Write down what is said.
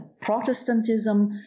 Protestantism